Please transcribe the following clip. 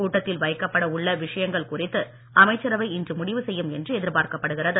கூட்டத்தில் வைக்கப்பட உள்ள விஷயங்கள் குறித்து அமைச்சரவை இன்று முடிவு செய்யும் என்று எதிர்பார்க்கப்படுகிறது